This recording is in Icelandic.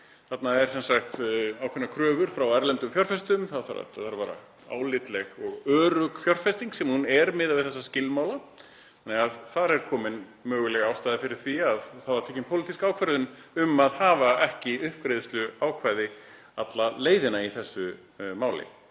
Þarna eru sem sagt ákveðnar kröfur frá erlendum fjárfestum. Þetta þarf að vera álitleg og örugg fjárfesting, sem hún er miðað við þessa skilmála. Þar er komin möguleg ástæða fyrir því að það var tekin pólitísk ákvörðun um að hafa ekki uppgreiðsluákvæði alla leiðina í þessu máli.